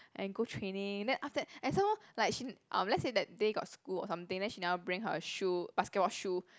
and go training then after that and some more like she um let's say that day got school or something then she never bring her shoe basketball shoe